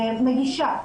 נגישה,